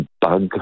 bug